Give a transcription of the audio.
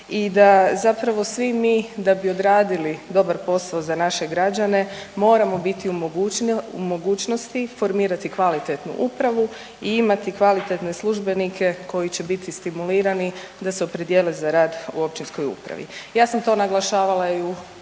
i da zapravo svi mi da bi odradili dobar posao za naše građane moramo biti u mogućnosti formirati kvalitetnu upravu i imati kvalitetne službenike koji će biti stimulirani da se opredijele za rad u općinskoj upravi. Ja sam to naglašavala i u